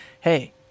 Hey